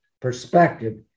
perspective